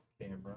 camera